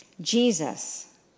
Jesus